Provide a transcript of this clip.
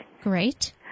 Great